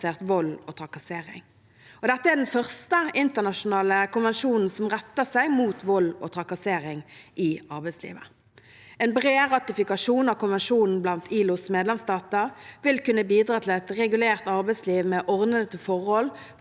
Dette er den første internasjonale konvensjonen som retter seg mot vold og trakassering i arbeidslivet. En bred ratifikasjon av konvensjonen blant ILOs medlemsstater vil kunne bidra til et regulert arbeidsliv med ordnede forhold